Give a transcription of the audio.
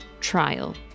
trial